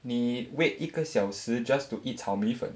你 wait 一个小时 just to eat 炒米粉